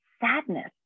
sadness